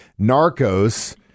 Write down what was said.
Narcos